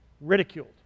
ridiculed